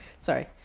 Sorry